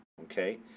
okay